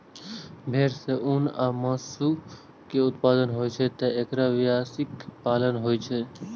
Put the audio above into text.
भेड़ सं ऊन आ मासु के उत्पादन होइ छैं, तें एकर व्यावसायिक पालन होइ छै